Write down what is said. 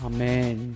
Amen